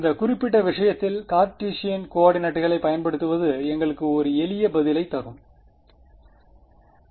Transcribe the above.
இந்த குறிப்பிட்ட விஷயத்தில் கார்ட்டீசியன் கோஆர்டினேட்டுகளை பயன்படுத்துவது எங்களுக்கு ஒரு எளிய பதிலைத் தருகிறது